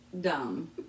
dumb